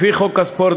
לפי חוק הספורט,